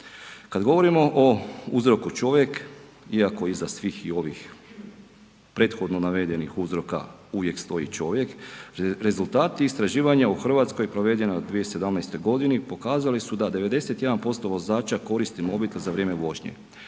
Kad govorimo o uzroku, čovjek, iako iza svih ovih prethodno navedenih uzroka uvijek stoji čovjek, rezultati istraživanja u Hrvatskoj provedeni u 2017. g. pokazali su da 91% vozača koristi mobitel za vrijeme vožnje.